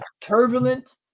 turbulent